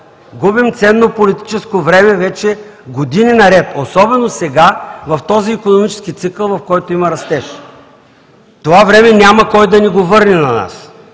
Губим ценно политическо време вече години наред, особено сега, в този икономически цикъл, в който има растеж. Това време няма кой да ни го върне на нас,